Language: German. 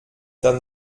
dann